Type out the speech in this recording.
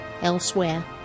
elsewhere